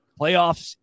playoffs